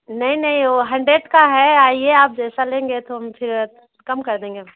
नहीं नहीं वह हंड्रेड का है आइए आप जैसा लेंगे तो हम फिर कम कर देंगे